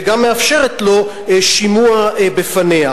וגם מאפשרת לו שימוע בפניה.